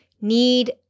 need